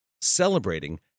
celebrating